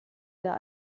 der